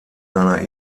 seiner